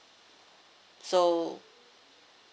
so